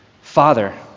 Father